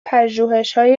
پژوهشهای